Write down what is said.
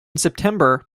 september